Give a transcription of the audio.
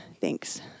thanks